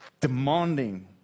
Demanding